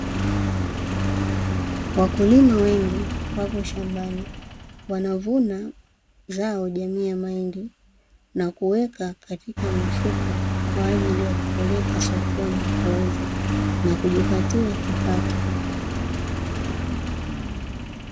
Wakulima wengi wapo shambani wanavuna zao jamii ya mahindi, na kuweka katika mifuko kwa ajili ya kupeleka sokoni kuuzwa na kujipatia kipato.